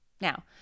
Now